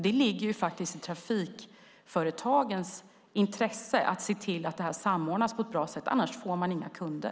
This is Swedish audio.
Det ligger i trafikföretagens intresse att se till att det här samordnas på ett bra sätt. Annars får man inga kunder.